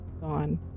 gone